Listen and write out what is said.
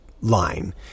line